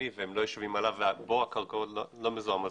ישראל והם לא יושבים עליו והקרקעות לא מזוהמות.